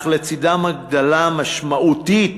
אך לצדם הגדלה משמעותית